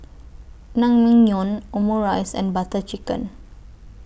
Naengmyeon Omurice and Butter Chicken